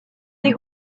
des